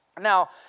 Now